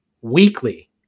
weekly